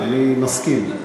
נכון, אני מסכים.